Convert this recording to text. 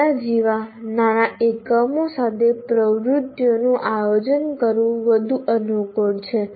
આના જેવા નાના એકમો સાથે પ્રવૃત્તિઓનું આયોજન કરવું વધુ અનુકૂળ છે